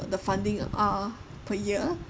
the funding are per year